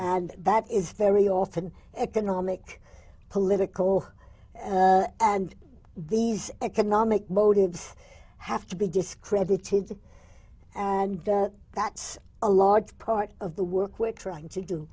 that is very often economic political and and these economic motives have to be discredited and that that's a lot part of the work with trying to do